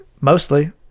Mostly